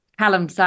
Callum